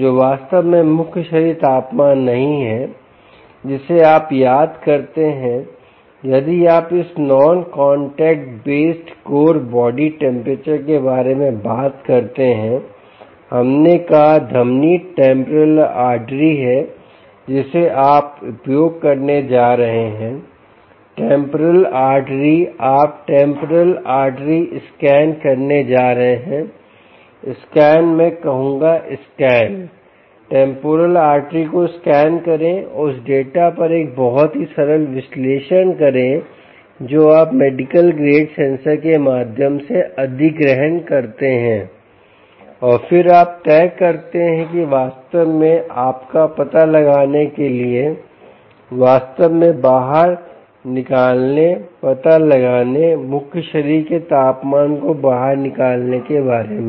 जो वास्तव में मुख्य शरीर तापमान नहीं है जिसे आप याद करते हैं यदि आप इस non contact based core body temperature के बारे में बात करते हैं हमने कहा धमनी टेम्पोरल आर्टरी है जिसे आप उपयोग करने जा रहे हैं टेम्पोरल आर्टरी आप टेम्पोरल आर्टरी स्कैन करने जा रहे हैंस्कैन मैं कहूँगा स्कैन टेम्पोरल आर्टरी को स्कैन करें और उस डेटा पर एक बहुत ही सरल विश्लेषण करें जो आप मेडिकल ग्रेड सेंसर के माध्यम से अधिग्रहण करते हैं और फिर आप तय करते हैं वास्तव में आप का पता लगाने के लिए वास्तव में बाहर निकालने पता लगाने मुख्य शरीर के तापमान को बाहर निकालने के बारे में